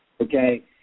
Okay